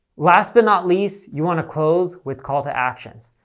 last but not least, you want to close with call to actions.